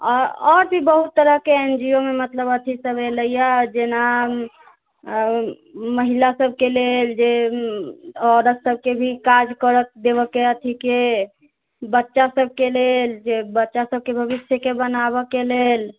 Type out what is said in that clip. आओर भी बहुत तरहके एनजीओमे मतलब अथीसब एलैए जेना महिला सबके लेल जे औरत सबके भी काज करऽ देबऽके अथीके बच्चा सबके लेल जे बच्चा सबके भविष्यके बनाबऽके लेल